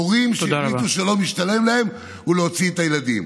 הורים שהחליטו שלא משתלם להם והוציאו את הילדים.